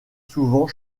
souvent